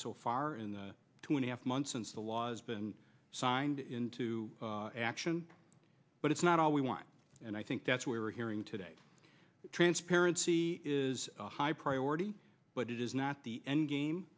so far in the two and a half months since the law's been signed into action but it's not all we want and i think that's why we're hearing today transparency is a high priority but it is not the end game